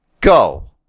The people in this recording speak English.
go